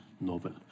novel